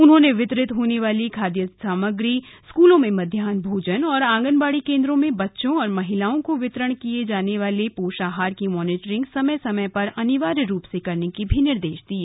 उन्होंने वितरित होने वाली खाद्यान्न सामग्री स्कूलों में मध्याह्न भोजन और आंगनबाड़ी केन्द्रों में बच्चों और महिलाओं को वितरण किए जाने वाले पोषाहार की मॉनीटरिंग समय समय पर अनिवार्य रूप से करने के भी निर्देश दिये